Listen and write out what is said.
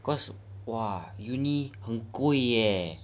cause !wah! uni 很贵哦